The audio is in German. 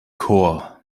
chor